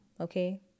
okay